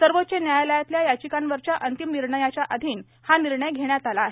सर्वोच्च न्यायालयातल्या याचिकांवरच्या अंतिम निर्णयाच्या अधीन हा निर्णय घेतला आहे